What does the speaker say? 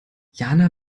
jana